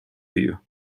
view